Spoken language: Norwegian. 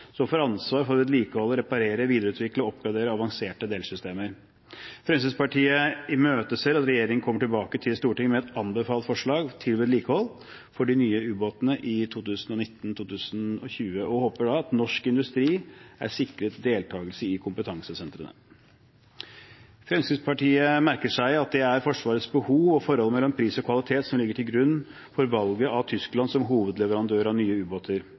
som får ansvar for å vedlikeholde, reparere, videreutvikle og oppgradere avanserte delsystemer. Fremskrittspartiet imøteser at regjeringen kommer tilbake til Stortinget med et anbefalt forslag til vedlikehold for de nye ubåtene i 2019–2020, og håper da at norsk industri er sikret deltakelse i kompetansesentrene. Fremskrittspartiet merker seg at det er Forsvarets behov og forholdet mellom pris og kvalitet som ligger til grunn for valget av Tyskland som hovedleverandør av nye